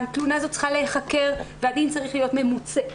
התלונה הזאת צריכה להיחקר והדין צריך להיות ממוצה.